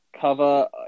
Cover